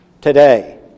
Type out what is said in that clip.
today